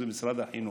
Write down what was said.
זה משרד החינוך,